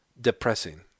depressing